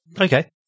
Okay